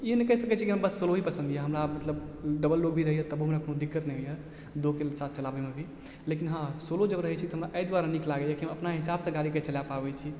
ई नहि कही सकय छी कि हम बस सोलो ही पसन्द यऽ हमरा मतलब डबल लोग भी रहइए तबो हमरा कोनो दिक्कत नहि होइए दोके साथ चलाबयमे भी लेकिन हँ सोलो जब रहय छी तऽ हमरा अइ दुआरे नीक लागइए कि हम अपना हिसाबसँ गाड़ीके चला पाबय छी